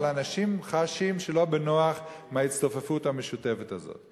אבל אנשים חשים שלא בנוח מההצטופפות המשותפת הזאת,